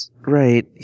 Right